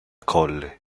colle